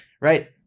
Right